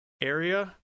area